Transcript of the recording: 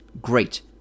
Great